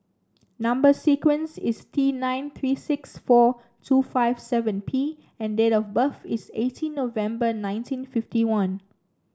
number sequence is T nine three six four two five seven P and date of birth is eighteen November nineteen fifty one